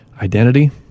identity